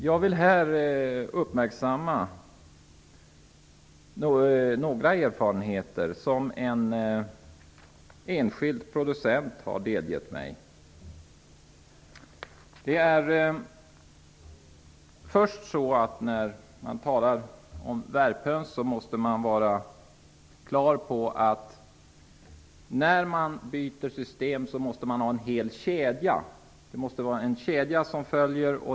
Jag vill här uppmärksamma några erfarenheter som en enskild producent har delgivit mig. När det gäller värphöns måste man vara klar över att en hel kedja måste följa när systemen byts ut.